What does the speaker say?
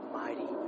mighty